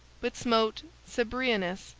but smote cebriones,